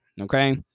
okay